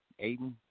Aiden